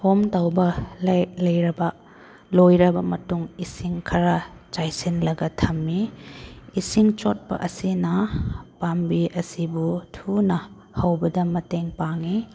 ꯀꯣꯝ ꯇꯧꯕ ꯂꯣꯏꯔꯕ ꯃꯇꯨꯡ ꯏꯁꯤꯡ ꯈꯔ ꯆꯥꯏꯁꯤꯜꯂꯒ ꯊꯝꯃꯤ ꯏꯁꯤꯡ ꯆꯣꯠꯄ ꯑꯁꯤꯅ ꯄꯥꯝꯕꯤ ꯑꯁꯤꯕꯨ ꯊꯨꯅ ꯍꯧꯕꯗ ꯃꯇꯦꯡ ꯄꯥꯡꯏ